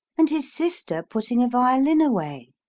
and his sister putting a violin away.